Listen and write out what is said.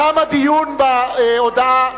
תם הדיון בהודעה.